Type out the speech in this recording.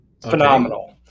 phenomenal